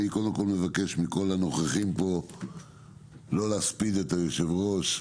אני מבקש מכל הנוכחים לא להספיד את היושב-ראש.